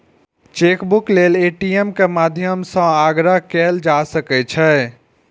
chequebook लेल ATM के माध्यम सं आग्रह कैल जा सकै छै